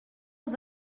aux